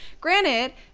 Granted